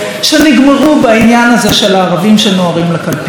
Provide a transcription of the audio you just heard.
שנגמרו בעניין הזה של הערבים שנוהרים לקלפיות.